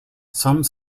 some